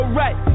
right